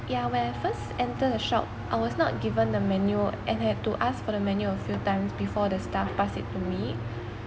yeah when I first enter the shop I was not given the menu and have to ask for the menu a few times before the staff pass it to me